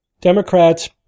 Democrats